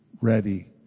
ready